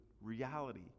reality